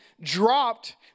dropped